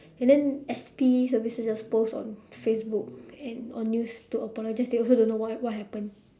and then S_P services just post on facebook and on news to apologise they also don't know what what happened